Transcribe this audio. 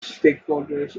stakeholders